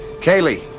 Kaylee